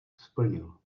splnil